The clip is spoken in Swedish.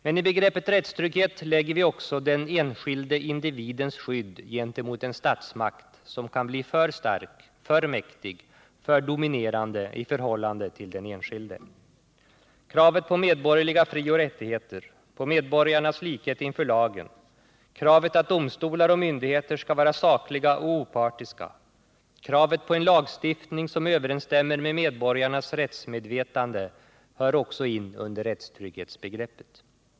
Men i begreppet rättstrygghet lägger vi också den enskilda individens skydd gentemot en statsmakt som kan bli för stark, för mäktig, för dominerande i förhållande till den enskilde. Kravet på medborgerliga frioch rättigheter, på medborgarnas likhet inför lagen, kravet att domstolar och myndigheter skall vara sakliga och opartiska, kravet på en lagstiftning som överensstämmer med medborgarnas rättsmedvetande ingår också i trygghetsbegreppet.